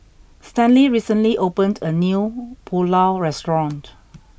Stanley recently opened a new Pulao restaurant